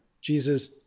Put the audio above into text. jesus